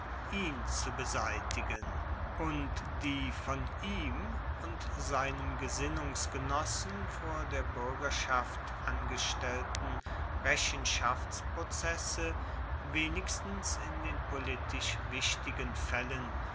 ihn zu beseitigen und die von ihm und seinem gesinnungsgenossen vor der buergerschaft angestellten rechenschaftsprozesse wenigstens in den politisch wichtigen faellen